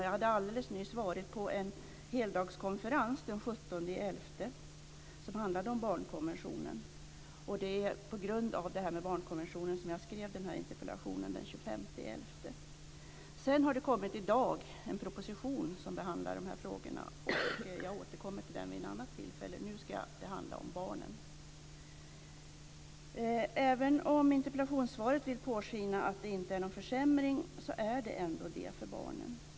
Jag hade nyss varit på en heldagskonferens, den 17 november, som handlade om barnkonventionen, och det var på grund av barnkonventionen som jag skrev interpellationen den Det har i dag kommit en proposition som handlar om de här frågorna, och jag återkommer till den vid ett annat tillfälle. Nu ska det handla om barnen. Även om statsrådet i interpellationssvaret vill låta påskina att det inte är någon försämring, är det ändå det för barnen.